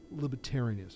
libertarianism